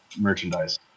merchandise